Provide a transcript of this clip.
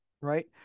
right